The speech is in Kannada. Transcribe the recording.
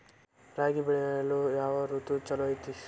ರಾಗಿ ಬೆಳೆ ಬೆಳೆಯಲು ಯಾವ ಋತು ಛಲೋ ಐತ್ರಿ?